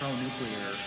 Pro-nuclear